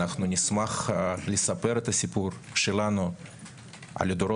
אנחנו נשמח לספר את הסיפור שלנו לדורות